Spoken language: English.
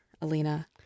Alina